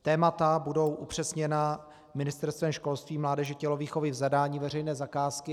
Témata budou upřesněna Ministerstvem školství, mládeže a tělovýchovy v zadání veřejné zakázky.